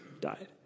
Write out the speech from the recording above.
died